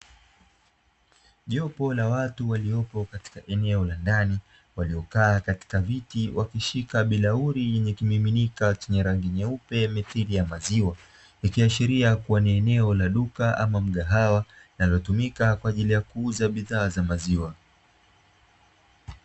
Jopo la watu waliopo katika eneo la ndani waliokaa katika viti wakishika birauli yenye kimiminika cha rangi nyeupe mithili ya maziwa, ikiashiria ni eneo la duka ama mgahawa linalotumika kwa ajili ya kuuza bidhaa za maziwa.